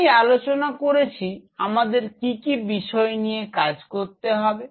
আমি আলোচনা করেছি আমাদের কি কি বিষয় নিয়ে কাজ করতে হবে